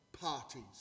parties